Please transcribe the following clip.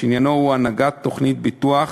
שעניינו הוא הנהגת תוכנית ביטוח